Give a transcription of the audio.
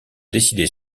décider